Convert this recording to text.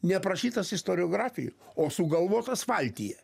neaprašytas istoriografijų o sugalvotas valtyje